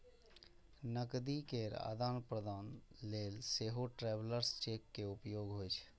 नकदी केर आदान प्रदान लेल सेहो ट्रैवलर्स चेक के उपयोग होइ छै